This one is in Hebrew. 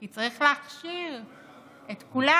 כי צריך להכשיר את כולם.